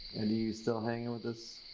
and you you still hanging with us?